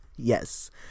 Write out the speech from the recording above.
Yes